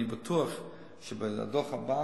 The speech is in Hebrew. אני בטוח שבדוח הבא